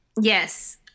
Yes